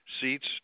seats